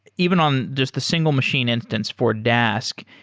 even on just the single machine instance for dask,